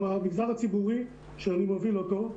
המגזר הציבורי שאני מוביל אותו,